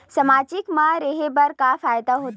सामाजिक मा रहे बार का फ़ायदा होथे?